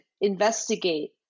investigate